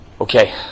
Okay